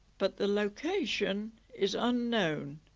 but the location is unknown